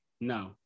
No